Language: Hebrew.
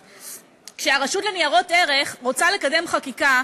כשהרשות לניירות ערך רוצה לקדם חקיקה,